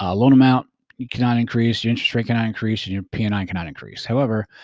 ah loan amount cannot increase, your interest rate cannot increase, and your p and i cannot increase. however,